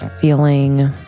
feeling